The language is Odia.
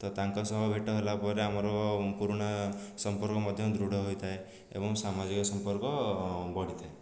ତ ତାଙ୍କ ସହ ଭେଟ ହେଲା ପରେ ଆମର ପୁରୁଣା ସମ୍ପର୍କ ମଧ୍ୟ ଦୃଢ଼ ହୋଇଥାଏ ଏବଂ ସାମାଜିକ ସମ୍ପର୍କ ବଢ଼ିଥାଏ